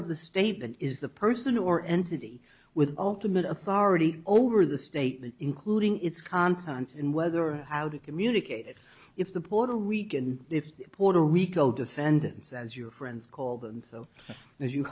of the statement is the person or entity with ultimate authority over the statement including its contents and whether or how to communicate it if the puerto rican if puerto rico defendants as your friends call them so if you